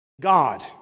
God